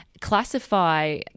classify